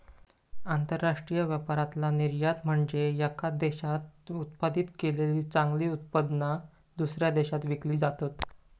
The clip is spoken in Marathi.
आंतरराष्ट्रीय व्यापारातला निर्यात म्हनजे येका देशात उत्पादित केलेली चांगली उत्पादना, दुसऱ्या देशात विकली जातत